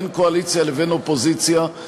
בין קואליציה לבין אופוזיציה,